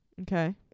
Okay